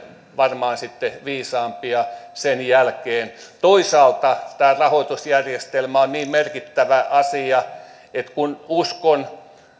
varmaan sitten viisaampia sen jälkeen toisaalta tämä rahoitusjärjestelmä on niin merkittävä asia että kun uskon että